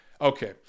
Okay